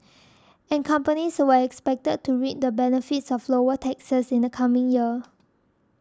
and companies were expected to reap the benefits of lower taxes in the coming year